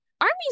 armies